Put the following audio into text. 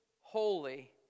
holy